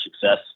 success